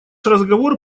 разговор